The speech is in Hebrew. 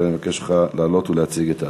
ואני מבקש ממך לעלות ולהציג את ההצעה.